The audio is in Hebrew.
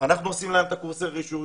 עושים להם את קורסי הרישוי,